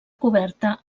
coberta